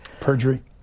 Perjury